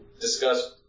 discuss